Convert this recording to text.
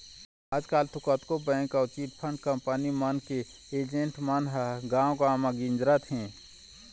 आजकल तो कतको बेंक अउ चिटफंड कंपनी मन के एजेंट मन ह गाँव गाँव म गिंजरत हें